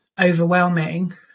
overwhelming